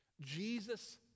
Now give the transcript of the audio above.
Jesus